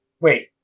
wait